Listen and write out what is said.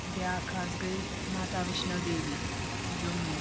بیٛاکھ حظ گٔیے ماتاویشنو دیوی جموں